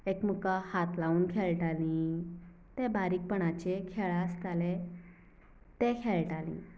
एकमेकांक हात लावन खेळटाली ते बारिकपणाचे खेळ आसतालें तें खेळटाली